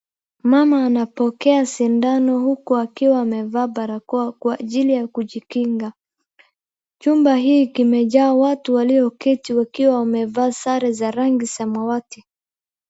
Mama anapokea sindano uku akiwa amevaa barakoa kwa ajili ya kujikinga. Chumba hii kimejaa watu walioketi wakiwa wamevaa sare za rangi samawati.